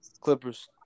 Clippers